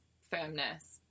firmness